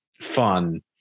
fun